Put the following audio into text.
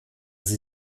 sie